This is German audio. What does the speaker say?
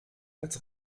als